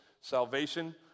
salvation